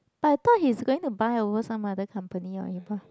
but I thought he's going to buy over some other company or